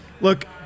look